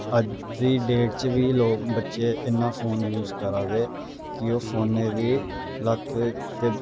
अज्ज दी डेट च बी लोक बच्चे इन्ना फोन यूस करा दे कि ओह् फौनै दी लत्त ते